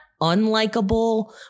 unlikable